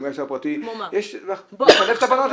זה 25% פחות ובהחלט יש פה משהו שאנחנו צריכים לחשוב איך אפשר לשפר אותו.